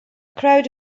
crowd